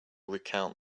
recount